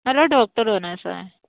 मला डॉक्टर बनायचं आहे